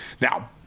Now